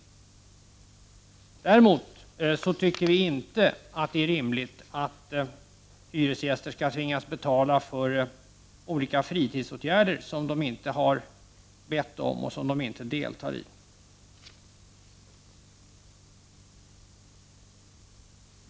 Däremot tycker vi inte att det är rimligt att hyresgäster skall tvingas betala för olika fritidsåtgärder som de inte har bett om och som de inte deltar i.